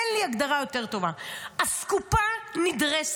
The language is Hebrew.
אין לי הגדרה יותר טובה, אסקופה נדרסת.